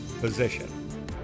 position